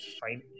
fine